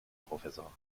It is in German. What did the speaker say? professor